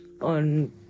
on